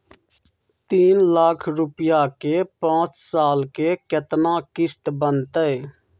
तीन लाख रुपया के पाँच साल के केतना किस्त बनतै?